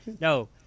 no